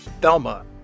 Thelma